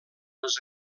les